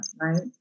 right